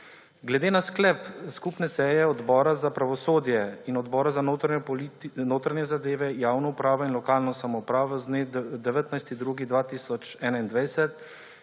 Glede na sklep skupne seje Odbora za pravosodje in Odbora za notranje zadeve, javno upravo in lokalno samoupravo z dne 19. 2. 2021